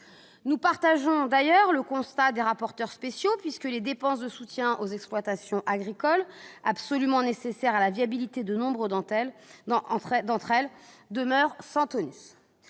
Nous partageons d'ailleurs le constat des rapporteurs spéciaux, les dépenses de soutien aux exploitations agricoles, absolument nécessaires à la viabilité de nombre d'entre elles, demeurant sans tonus.